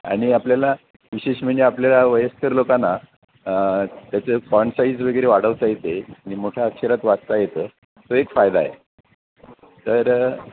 आणि आपल्याला विशेष म्हणजे आपल्याला वयस्कर लोकांना त्याचे फॉन्ट साईज वगैरे वाढवता येते आणि मोठा अक्षरात वाचता येतं तो एक फायदा आहे तर